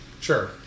Sure